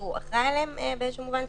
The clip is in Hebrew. שהוא אחראי עליהם באיזשהו מובן,